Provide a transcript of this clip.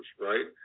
right